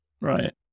Right